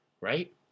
right